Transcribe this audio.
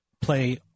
play